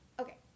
okay